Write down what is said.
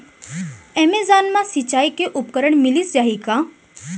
Amazon मा सिंचाई के उपकरण मिलिस जाही का?